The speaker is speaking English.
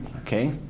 Okay